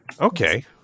okay